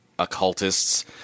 occultists